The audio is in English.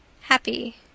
Happy